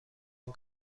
این